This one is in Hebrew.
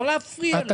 לא להפריע לו.